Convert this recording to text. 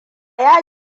ya